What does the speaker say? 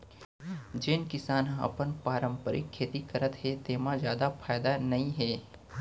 जेन किसान ह अपन पारंपरिक खेती करत हे तेमा जादा फायदा नइ हे